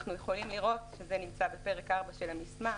אנחנו יכולים לראות, זה נמצא בפרק 4 של המסמך